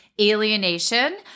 alienation